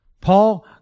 Paul